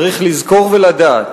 צריך לזכור ולדעת: